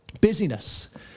busyness